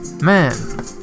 Man